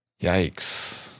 yikes